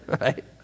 right